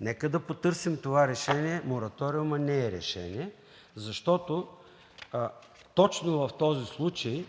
Нека да потърсим това решение. Мораториумът не е решение, защото точно в този случай,